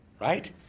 right